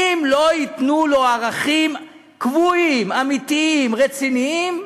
אם לא ייתנו לו ערכים קבועים, אמיתיים, רציניים,